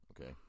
Okay